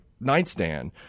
nightstand